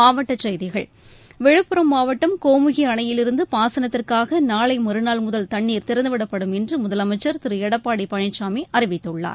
மாவட்டச் செய்திகள் விழுப்புரம் மாவட்டம் கோமுகி அணையிலிருந்து பாசனத்திற்காக நாளை மறுநாள் முதல் தண்ணீர் திறந்துவிடப்படும் என்று முதலமைச்சர் திரு எடப்பாடி பழனிசாமி அறிவித்துள்ளார்